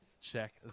check